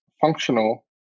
functional